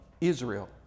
Israel